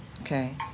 okay